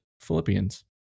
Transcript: Philippians